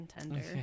contender